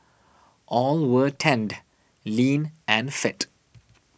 all were tanned lean and fit